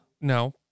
No